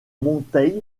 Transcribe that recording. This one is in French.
monteil